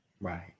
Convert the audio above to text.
Right